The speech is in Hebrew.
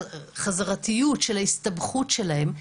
החזרתיות של ההסתבכות שלהן,